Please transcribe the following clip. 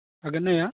आगारनाया